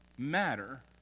matter